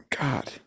God